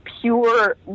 pure